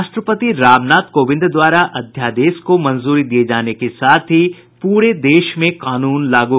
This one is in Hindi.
राष्ट्रपति रामनाथ कोविंद द्वारा अध्यादेश को मंजूरी दिये जाने के साथ ही पूरे देश में कानून लागू